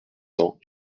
cents